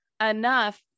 enough